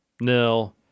nil